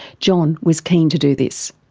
john was keen to do this.